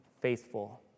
faithful